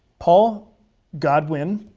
paul godwin,